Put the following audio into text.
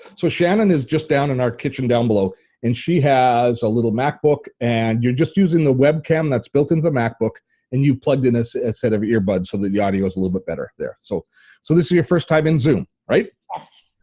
so shannon is just down in our kitchen down below and she has a little macbook and you're just using the webcam that's built into the macbook and you've plugged in a set set of earbuds so that the audio's a little bit better there. so so this is the first time in zoom, right? yes.